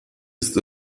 ist